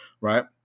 Right